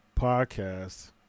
podcast